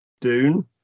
Dune